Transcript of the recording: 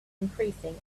increasing